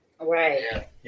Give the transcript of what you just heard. Right